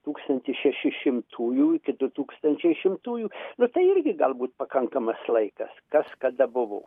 tūkstantis šeši šimtųjų iki du tūkstančiai šimtųjų nu tai irgi galbūt pakankamas laikas kas kada buvo